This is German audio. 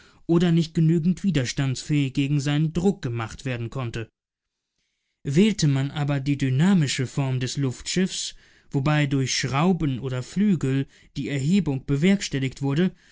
oder nicht genügend widerstandsfähig gegen seinen druck gemacht werden konnte wählte man aber die dynamische form des luftschiffs wobei durch schrauben oder flügel die erhebung bewerkstelligt wurde